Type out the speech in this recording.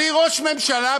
בלי ראש ממשלה,